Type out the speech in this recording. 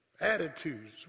Attitudes